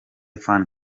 fan